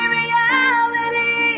reality